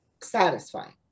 Satisfying